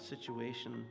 situation